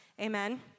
Amen